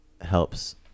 helps